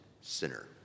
sinner